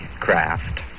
craft